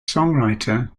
songwriter